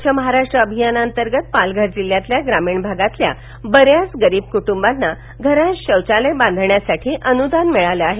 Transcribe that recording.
स्वघ्छ महाराष्ट्र अभियाना अंतर्गत पालघर जिल्ह्यातल्या ग्रामीण भागातल्या बऱ्याच गरीब कुटुंबांना घरात शौचालय बांधण्यासाठी अनुदान मिळालं आहे